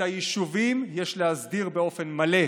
את היישובים יש להסדיר באופן מלא,